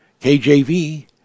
kjv